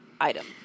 item